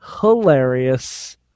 Hilarious